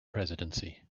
presidency